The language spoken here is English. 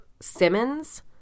Simmons